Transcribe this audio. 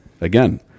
again